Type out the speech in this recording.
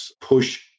push